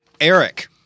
Eric